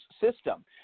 system